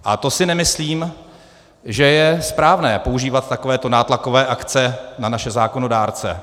A to si nemyslím, že je správné používat takové nátlakové akce na naše zákonodárce.